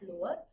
lower